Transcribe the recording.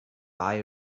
buy